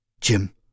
Jim